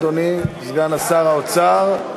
אדוני סגן שר האוצר.